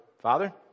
father